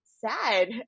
sad